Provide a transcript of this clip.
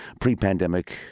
pre-pandemic